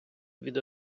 від